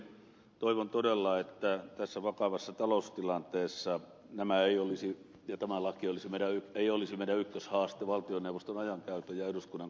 toivon todella että tässä vakavassa taloustilanteessa tämä laki ei olisi meidän ykköshaasteemme valtioneuvoston ajankäytön ja eduskunnan kannalta